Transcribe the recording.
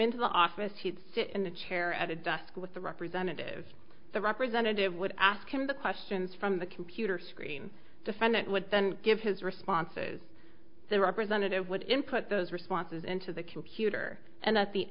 into the office he'd sit in the chair at a desk with the representative the representative would ask him the questions from the computer screen defendant would then give his responses the representative would input those responses into the computer and at the